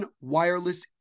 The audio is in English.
wireless